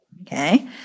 Okay